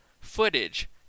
footage